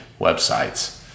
websites